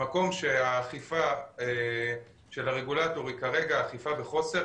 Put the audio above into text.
מקום שהאכיפה של הרגולטור היא כרגע אכיפה בחוסר.